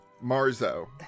Marzo